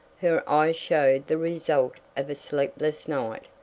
her eyes showed the result of a sleepless night,